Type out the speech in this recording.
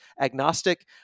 agnostic